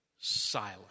silent